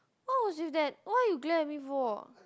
what was with that why you glare at me for